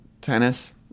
tennis